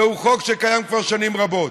זה חוק שקיים כבר שנים רבות.